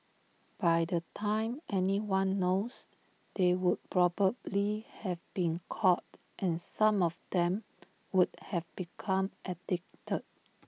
by the time anyone knows they would probably have been caught and some of them would have become addicted